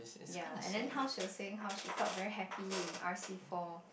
ya and then how she was saying how she felt very happy in R_C four